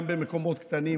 גם במקומות קטנים,